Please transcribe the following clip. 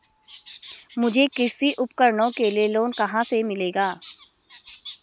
मुझे कृषि उपकरणों के लिए लोन कहाँ से मिलेगा?